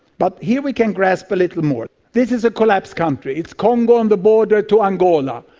but here we can grasp a little more. this is a collapsed country, it's congo on the border to angola.